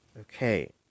okay